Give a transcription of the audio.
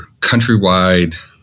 countrywide